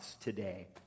today